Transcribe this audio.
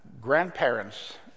Grandparents